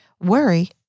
Worry